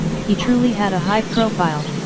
he truly had a high profile.